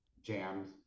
jams